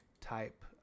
type